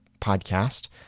podcast